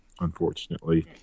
unfortunately